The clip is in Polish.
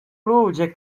ludzie